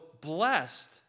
blessed